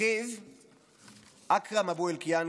אחיו אכרם אבו אלקיעאן,